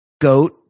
Goat